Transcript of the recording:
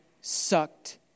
sucked